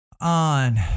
on